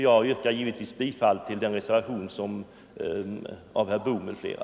Jag yrkar givetvis bifall till reservationen av herr Boo m.fl.